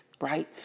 right